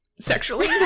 sexually